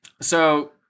So-